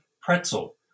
pretzel